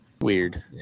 weird